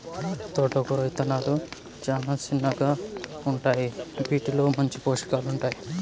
తోటకూర ఇత్తనాలు చానా చిన్నగా ఉంటాయి, వీటిలో మంచి పోషకాలు ఉంటాయి